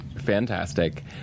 fantastic